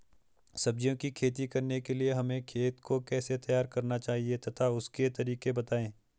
सब्जियों की खेती करने के लिए हमें खेत को कैसे तैयार करना चाहिए तथा उसके तरीके बताएं?